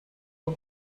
her